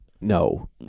No